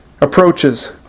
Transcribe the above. Approaches